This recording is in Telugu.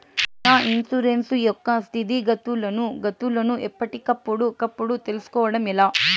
నా ఇన్సూరెన్సు యొక్క స్థితిగతులను గతులను ఎప్పటికప్పుడు కప్పుడు తెలుస్కోవడం ఎలా?